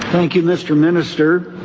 thank you mr minister,